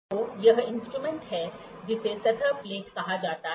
तो यह एक इंस्ट्रूमेंट है जिसे सतह प्लेट कहा जाता है